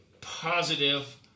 positive